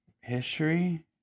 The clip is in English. history